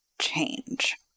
change